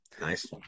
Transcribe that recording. Nice